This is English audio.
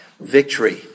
victory